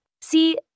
See